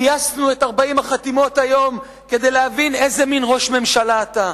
גייסנו את 40 החתימות היום כדי להבין איזה מין ראש ממשלה אתה.